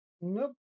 Nope